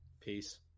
peace